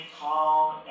calm